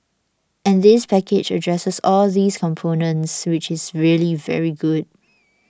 and this package addresses all those components which is really very good